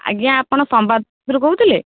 ଆଜ୍ଞା ଆପଣ ସମ୍ବାଦରୁ କହୁଥିଲେ